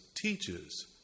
teaches